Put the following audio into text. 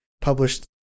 published